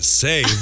say